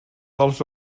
dels